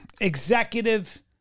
executive